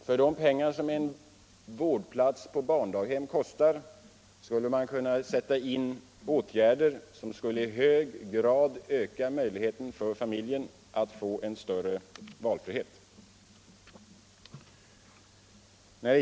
För de pengar som en vårdplats på barndaghem kostar skulle man kunna sätta in åtgärder som i hög grad skulle kunna ge familjen en större valfrihet.